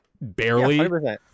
barely